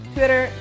Twitter